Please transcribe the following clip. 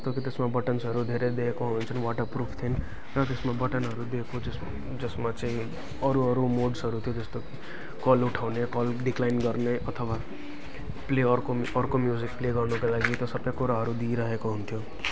जस्तो कि त्यसमा बटन्सहरू धेरै दिएको हुन्छन् वाटार प्रुफ थिइन र त्यसमा बटनहरू दिएको जस जसमा चाहिँ अरू अरू मोड्सहरू छ जस्तो कल उठाउने कल डिक्लाइन गर्ने अथवा प्ले अर्को अर्को म्युजिक प्ले गर्नको लागि त्यो सबै कुराहरू दिइरहेको हुन्थ्यो